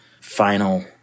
final